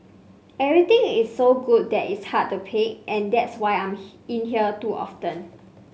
everything is so good that it's hard to pick and that's why I'm in here too often